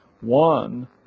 one